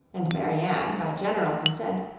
and marianne, by general consent,